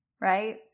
right